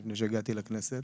לפני שהגעתי לכנסת.